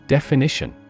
Definition